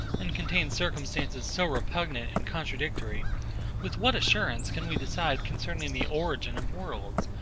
and contain circumstances so repugnant and contradictory with what assurance can we decide concerning the origin of worlds,